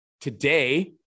today